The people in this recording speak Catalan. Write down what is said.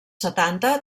setanta